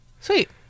Sweet